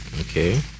okay